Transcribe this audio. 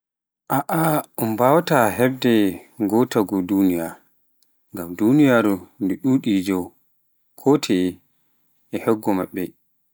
Aa un wawai un hebde ngootaagu aduna, ngam duniyaaru ndu ɗuɗi joo, kotoye leydi e hoggo maɓɓe